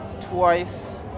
twice